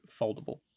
foldable